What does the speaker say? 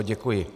Děkuji.